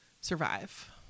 survive